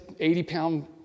80-pound